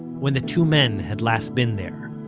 when the two men had last been there.